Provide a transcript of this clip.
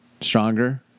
stronger